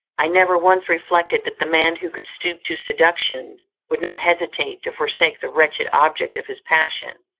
i never once reflected that the man who could stoop to seduction, would not hesitate to forsake the wretched object of his passion,